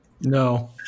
No